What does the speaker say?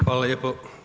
Hvala lijepo.